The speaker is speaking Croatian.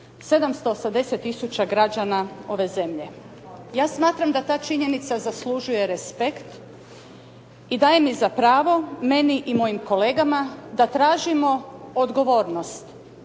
780000 građana ove zemlje. Ja smatram da ta činjenica zaslužuje respekt i daje mi za pravo, meni i mojim kolegama da tražimo odgovornost